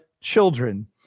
children